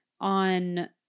on